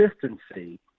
consistency